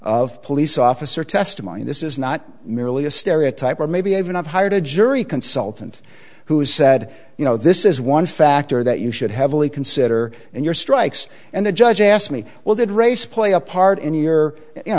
of police officer testimony this is not merely a stereotype or maybe i've been i've hired a jury consultant who said you know this is one factor that you should have only consider and your strikes and the judge asked me well did race play a part in your you know